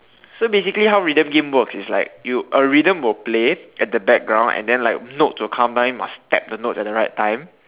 so basically how rhythm games works is like you a rhythm will play at the background and then like notes will come down and then you must tap the notes at the right time